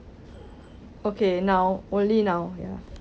okay now only now ya